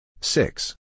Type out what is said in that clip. Six